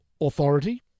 authority